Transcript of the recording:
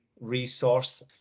resource